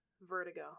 Vertigo